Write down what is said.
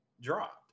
dropped